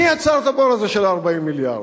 מי יצר את הבור הזה של 40 המיליארד?